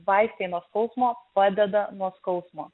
vaistai nuo skausmo padeda nuo skausmo